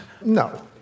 No